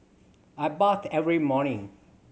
I bath every morning